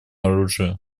оружию